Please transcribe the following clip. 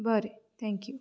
बरें thank you